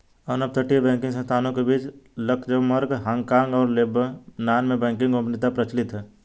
अन्य अपतटीय बैंकिंग संस्थानों के बीच लक्ज़मबर्ग, हांगकांग और लेबनान में बैंकिंग गोपनीयता प्रचलित है